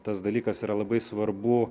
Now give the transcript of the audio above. tas dalykas yra labai svarbu